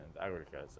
agriculture